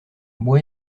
moi